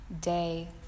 day